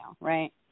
right